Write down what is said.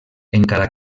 encara